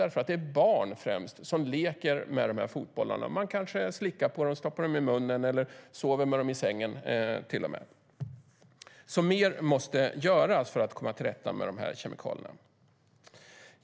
Det är nämligen främst barn som leker med fotbollarna, och de kanske slickar på dem, stoppar dem i munnen eller till och med sover med dem i sängen. Mer måste alltså göras för att komma till rätta med kemikalierna.